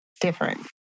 different